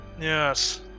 Yes